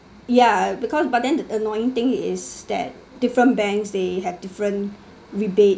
ya because but then the annoying thing is that different banks they have different rebate